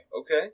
Okay